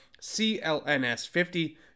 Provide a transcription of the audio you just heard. CLNS50